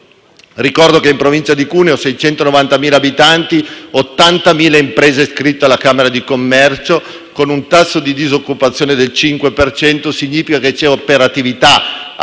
Ricordo che in Provincia di Cuneo vi sono 690.000 abitanti, 80.000 imprese iscritte alla Camera di commercio, con un tasso di disoccupazione del 5 per cento, il che significa che c'è operatività e